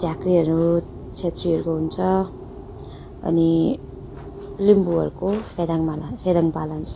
झाँक्रीहरू छेत्रीहरूको हुन्छ अनि लिम्बूहरूको फेदाङ्मा ला फेदेङ्पा लान्छ